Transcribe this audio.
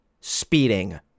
speeding